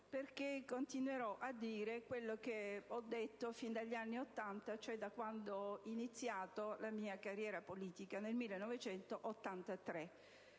perché continuerò a dire quello che ho detto fin dagli anni Ottanta, cioè da quando, nel 1983, ho iniziato la mia carriera politica,